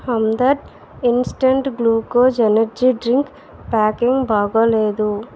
Hamdard instant glucose energy drink packing బాగాలేదు